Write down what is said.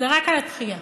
זה רק על הדחייה.